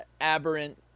aberrant